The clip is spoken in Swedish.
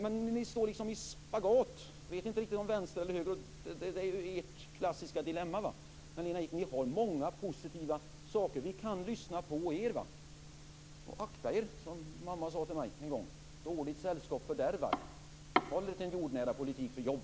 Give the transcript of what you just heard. Men ni står liksom i spagat, ni vet inte riktigt om ni står på vänster eller höger ben. Det är ert klassiska dilemma. Men ni har många positiva saker. Vi kan lyssna på er. Men akta er, dåligt sällskap fördärvar, som mamma sade till mig en gång. Håll er till en jordnära politik för jobb.